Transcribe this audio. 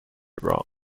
wrong